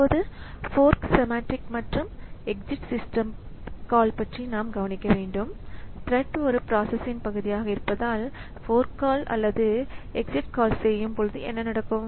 இப்போது fork semantic மற்றும் exec system call பற்றி நாம் கவனிக்க வேண்டும் த்ரெட் ஒரு ப்ராசஸ் இன் பகுதியாக இருப்பதால் போர்க் கால் அல்லது exec call செய்யும் பொழுது என்ன நடக்கும்